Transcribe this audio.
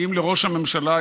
את נשיאת בית המשפט